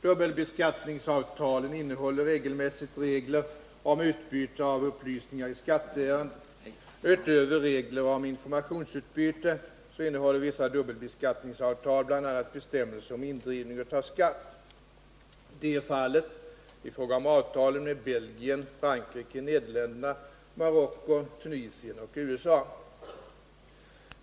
Dubbelbeskattningsavtalen innehåller regelmässigt regler om utbyte av upplysningar i skatteärenden. Utöver regler om informationsutbyte innehåller vissa dubbelbeskattningsavtal bl.a. bestämmelser om indrivning av skatt. Detta är fallet i fråga om avtalen med Belgien, Frankrike, Nederländerna, Marocko, Tunisien och USA.